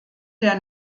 der